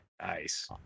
Nice